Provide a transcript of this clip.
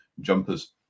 jumpers